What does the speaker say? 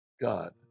God